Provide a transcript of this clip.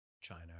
China